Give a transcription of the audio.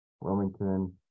Wilmington